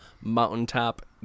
Mountaintop